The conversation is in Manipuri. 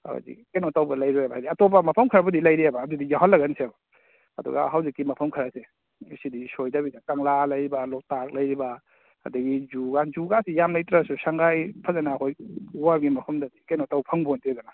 ꯍꯥꯏꯗꯤ ꯀꯩꯅꯣ ꯇꯧꯕ ꯂꯩꯔꯣꯏꯕ ꯍꯥꯏꯗꯤ ꯑꯇꯣꯞꯄ ꯃꯐꯝ ꯈꯔꯕꯨꯗꯤ ꯂꯩꯔꯤꯕ ꯑꯗꯨꯗꯤ ꯌꯥꯎꯍꯜꯂꯒꯨꯝꯁꯦꯕ ꯑꯗꯨꯒ ꯍꯧꯖꯤꯛꯀꯤ ꯃꯐꯝ ꯈꯔꯁꯦ ꯁꯤꯗꯤ ꯁꯣꯏꯗꯕꯤꯗ ꯀꯪꯂꯥ ꯂꯩꯔꯤꯕ ꯂꯣꯛꯇꯥꯛ ꯂꯩꯔꯤꯕ ꯑꯗꯒꯤ ꯖꯨꯒ ꯖꯨꯒꯥꯏꯁꯤ ꯌꯥꯝ ꯂꯩꯇ꯭ꯔꯁꯨ ꯁꯪꯉꯥꯏ ꯐꯥꯖꯟꯅ ꯑꯩꯈꯣꯏ ꯋꯥꯔꯜꯒꯤ ꯃꯐꯝꯗꯗꯤ ꯀꯩꯅꯣ ꯇꯧ ꯐꯪꯄꯣꯟꯇꯦꯗꯅ